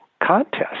contest